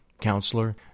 counselor